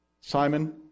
Simon